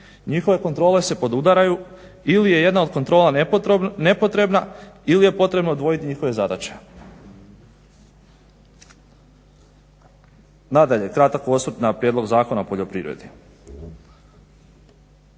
Njihove kontrole se podudaraju ili jedna od kontrola nepotrebna, ili je potrebno odvojiti njihove zadaće. Nadalje, kratak osvrt na prijedlog Zakona o poljoprivredi.